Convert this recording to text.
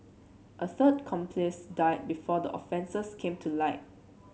a third accomplice died before the offences came to light